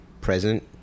present